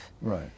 Right